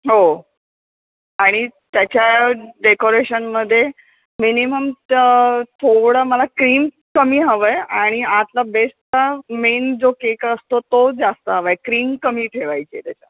हो आणि त्याच्या डेकोरेशनमध्ये मिनिमम तर थोडं मला क्रीम कमी हवं आहे आणि आतला बेस्ट मेन जो केक असतो तो जास्त हवा आहे क्रीम कमी ठेवायची त्याच्या